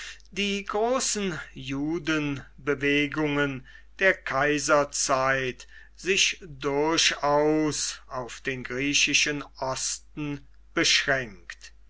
die großen judenbewegungen der kaiserzeit sich durchaus auf den griechischen osten beschränkt